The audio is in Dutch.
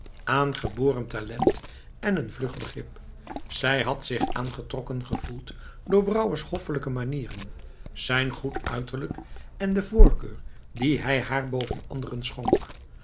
aangeboren talent en een vlug begrip zij had zich aangetrokken gevoeld door brouwers hoffelijke manieren zijn goed uiterlijk en de voorkeur die hij haar boven anderen schonk